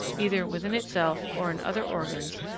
either within itself or in other organs,